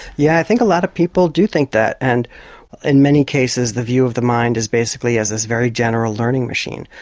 yeah think a lot of people do think that, and in many cases the view of the mind is basically as this very general learning machine.